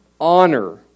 Honor